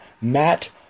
Matt